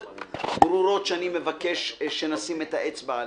ברורות שאני מבקש שנשים את האצבע עליהן.